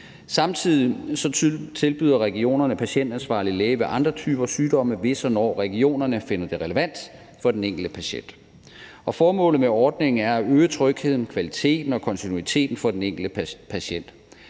Samtidig tilbyder regionerne en patientansvarlig læge ved andre typer sygdomme, hvis og når regionerne finder det relevant for den enkelte patient. Formålet med ordningen er at øge trygheden, kvaliteten og kontinuiteten for den enkelte patient.